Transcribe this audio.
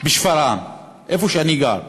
בשפרעם, איפה שאני גר,